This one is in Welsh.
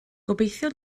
gobeithio